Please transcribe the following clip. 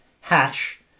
hash